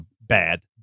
bad